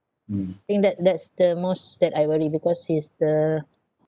I think that that's the most that I worry because he is the